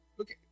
Okay